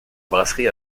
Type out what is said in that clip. brasserie